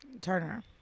Turner